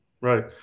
Right